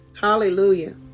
Hallelujah